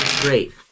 great